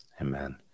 Amen